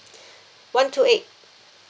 one two eight